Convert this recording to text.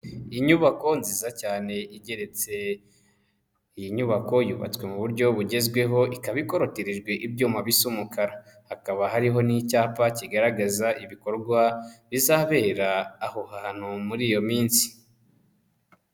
Inyubako nziza cyane igereretse. Iyi nyubako yubatswe mu buryo bugezweho, ikaba ikorotijwe ibyuma bisa umukara. Hakaba hariho n'icyapa kigaragaza ibikorwa bizabera aho hantu muri iyo minsi.